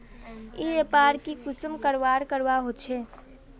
ई व्यापार की कुंसम करवार करवा होचे?